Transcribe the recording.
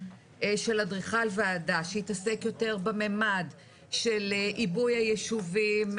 של אדריכל ועדה שיתעסק יותר בממד של עיבוי הישובים,